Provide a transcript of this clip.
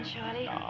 Charlie